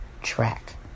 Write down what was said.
track